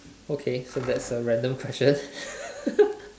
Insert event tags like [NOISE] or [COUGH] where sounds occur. okay so that's a random question [LAUGHS]